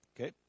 Okay